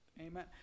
Amen